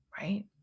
right